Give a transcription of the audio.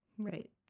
Right